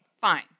Fine